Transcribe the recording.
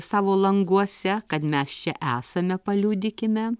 savo languose kad mes čia esame paliudykime